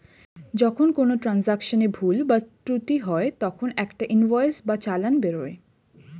যখন কোনো ট্রান্জাকশনে ভুল বা ত্রুটি হয় তখন একটা ইনভয়েস বা চালান বেরোয়